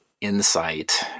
insight